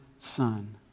son